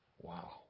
Wow